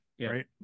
right